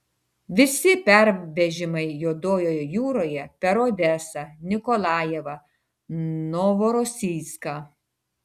visi pervežimai juodojoje jūroje per odesą nikolajevą novorosijską